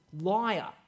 liar